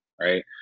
right